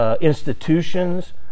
institutions